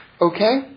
Okay